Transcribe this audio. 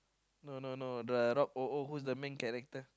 no no no the Rock O O who's the main character